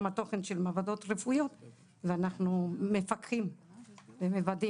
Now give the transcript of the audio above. התוכן של מעבדות רפואיות ואנחנו מפקחים ומוודאים.